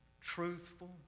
truthful